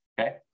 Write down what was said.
Okay